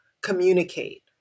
communicate